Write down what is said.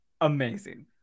amazing